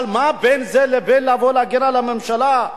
אבל מה בין זה לבין להגן על הממשלה?